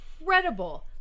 incredible